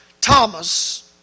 Thomas